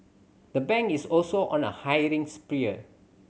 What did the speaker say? the bank is also on a hiring spree